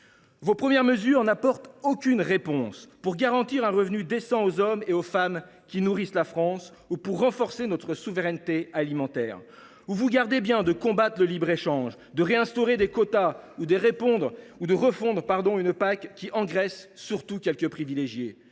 Vos premières mesures n’apportent aucune réponse pour garantir un revenu décent aux hommes et aux femmes qui nourrissent la France ni pour renforcer notre souveraineté alimentaire. Vous vous gardez bien de combattre le libre échange, de réinstaurer des quotas ou de refondre une PAC qui engraisse surtout quelques privilégiés.